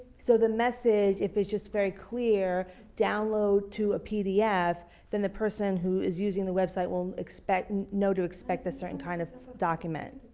so the message, if it's just very clear download to a pdf then the person who is using the website will and know to expect the certain kind of document.